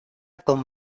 con